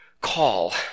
call